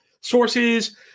sources